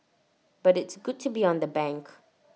but it's good to be on the bank